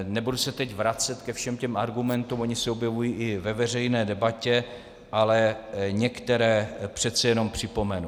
Nebudu se teď vracet ke všem těm argumentům, ony se objevují i ve veřejné debatě, ale některé přece jenom připomenu.